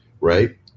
right